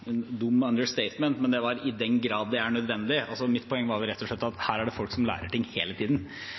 det var et dumt understatement – at det var i den grad det er nødvendig. Mitt poeng var vel rett og slett at her er det folk som lærer ting